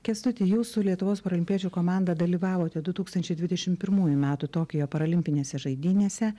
kęstuti jūs su lietuvos parolimpiečių komanda dalyvavote du tūkstančiai dvidešimt pirmųjų metų tokijo paralimpinėse žaidynėse